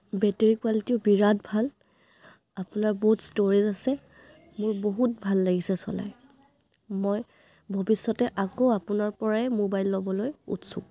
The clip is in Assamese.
বেটেৰী কোৱালিটিও বিৰাট ভাল আপোনাৰ বহুত ষ্ট'ৰেজ আছে মোৰ বহুত ভাল লাগিছে চলাই মই ভৱিষ্যতে আকৌ আপোনাৰ পৰাই মোবাইল ল'বলৈ উৎসুক